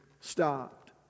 Stopped